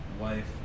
wife